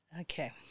Okay